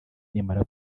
nimara